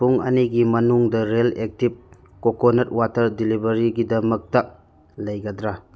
ꯄꯨꯡ ꯑꯅꯤꯒꯤ ꯃꯅꯨꯡꯗ ꯔꯦꯜ ꯑꯦꯛꯇꯤꯕ ꯀꯣꯀꯣꯅꯠ ꯋꯥꯇꯔ ꯗꯤꯂꯤꯕꯔꯤꯒꯤꯗꯃꯛꯇ ꯂꯩꯒꯗ꯭ꯔꯥ